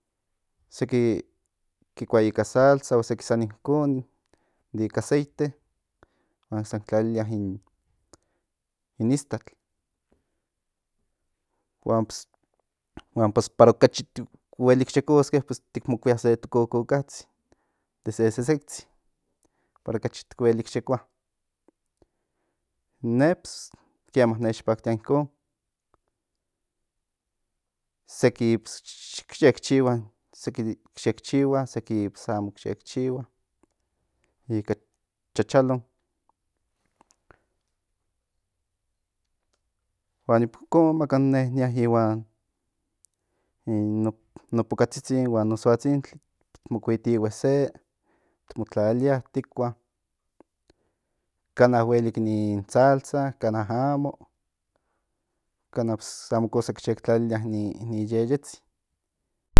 Seki kikua ika salsa seki san inkon de ika aceite huan se ki tlalilia in istatl huan pues para okachi tic huelik yeskoske ti mokuia se to cococatsin de sesektsin para okachi tic huelik yekoa in ne kiema nech paktia incon seki ki tekchihua seki pues amoyec chihua ikan chachalon huan oncon maka in ne nia ihuan in no pocatzitzin en huan no soatzintli ti mo kuitihue se ti mo tlalia tiekhua kana huelik ni salsa kana amo kana pues amo yek tlalilia ni yeyetzin